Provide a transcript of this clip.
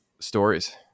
stories